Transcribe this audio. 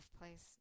place